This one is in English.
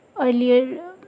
earlier